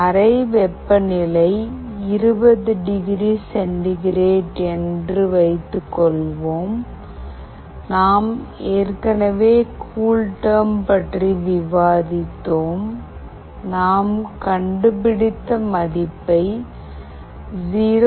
அறை வெப்பநிலை 20 degree centigrade என்று வைத்துக் கொள்வோம் நாம் ஏற்கனவே கூல்டெர்ம் பற்றி விவாதித்தோம் நாம் கண்டுபிடித்த மதிப்பை 0